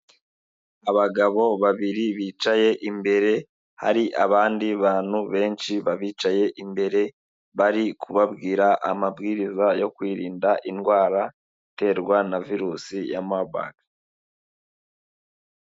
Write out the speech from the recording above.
Abagabo babiri bicaye imbere, hari abandi bantu benshi babicaye imbere, bari kubabwira amabwiriza yo kwirinda indwara, iterwa na virusi ya marburg.